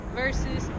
versus